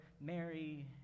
Mary